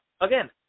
again